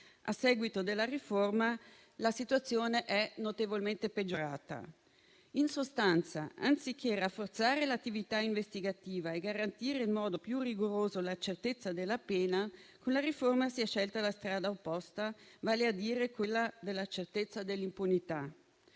A seguito della riforma la situazione è notevolmente peggiorata. In sostanza, anziché rafforzare l'attività investigativa e garantire in modo più rigoroso la certezza della pena, con la riforma si è scelta la strada opposta, vale a dire quella della certezza dell'impunità.